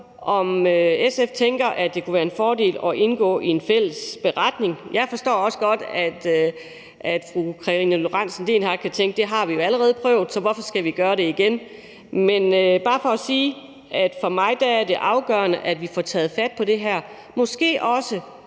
om SF tænker, at det kunne være en fordel at lave en fælles beretning. Jeg forstår godt, at fru Karina Lorentzen Dehnhardt kan tænke: Det har vi jo allerede prøvet, så hvorfor skal vi gøre det igen? Men jeg vil bare sige, at for mig er det afgørende, at vi får taget fat på det her, og